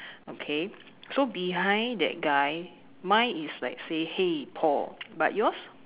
okay so behind that guy mine is like say hey Paul but yours